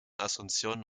asunción